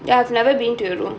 ya I've never been to your room